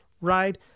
ride